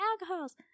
alcohols